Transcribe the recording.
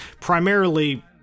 primarily